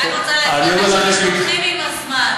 אני רק רוצה להגיד לך שמשתבחים עם הזמן.